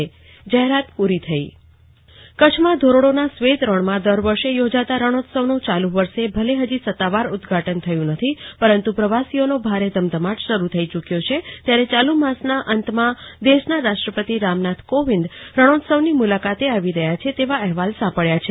કલ્પના શાહ્ રાષ્ટ્રપતિ કચ્છ મુલાકાતે કચ્છમાં ધોરડો ના શ્વેત રણ માં દર વર્ષે યોજાતા રણોત્સવનું ચાલુ વર્ષે ભલે હજી સત્તાવાર ઉદ્વાટન થયું નથી પરંતુ પ્રવાસીઓનો ભારે ધમધમાટ શરૂ થઇ ચુક્વો છે ત્યારે યાલુ માસના અંતમાં દેશના રાષ્ટ્રપતિ રામનાથ કોવિંદ રણોત્સવની મુલાકાતે આવી રહ્યા છે તેવા અહેવાલ સાંપડ્યા છે